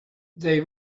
they